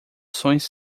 sons